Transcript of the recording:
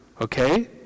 okay